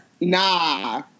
nah